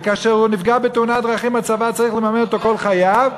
וכאשר הוא נפגע בתאונת דרכים הצבא צריך לממן אותו כל חייו,